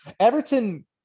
Everton